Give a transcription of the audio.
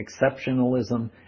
exceptionalism